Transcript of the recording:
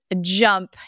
jump